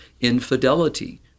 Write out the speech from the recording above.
Infidelity